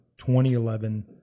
2011